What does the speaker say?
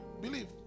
believe